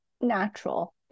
natural